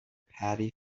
paddy